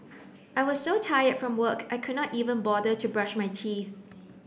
I was so tired from work I could not even bother to brush my teeth